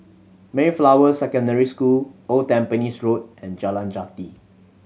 Mayflower Secondary School Old Tampines Road and Jalan Jati